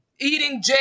eating